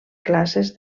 classes